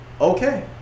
okay